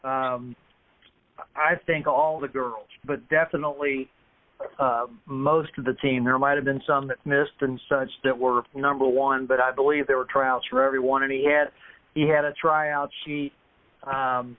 for i think all the girls but definitely most of the team there might have been some mist and such that were number one but i believe there were trials for every one and he had he had a tryout she